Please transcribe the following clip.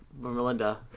Melinda